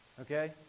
okay